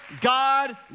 God